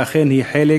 ואכן, היא החלק